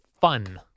fun